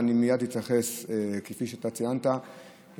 כפי שאתה ציינת,